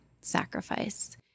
sacrifice